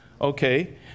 Okay